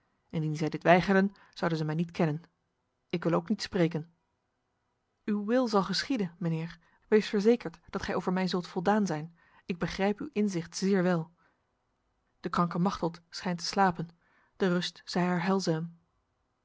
indien zij dit weigerden zouden zij mij niet kennen ik wil ook niet spreken uw wil zal geschieden mijnheer wees verzekerd dat gij over mij zult voldaan zijn ik begrijp uw inzicht zeer wel de kranke machteld schijnt te slapen de rust zij haar